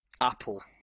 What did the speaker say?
Apple